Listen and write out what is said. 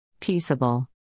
peaceable